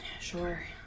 Sure